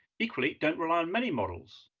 equally, don't rely on many models.